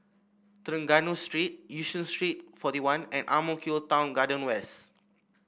Trengganu Street Yishun Street Forty one and Ang Mo Kio Town Garden West